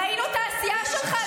ראינו את העשייה שלך,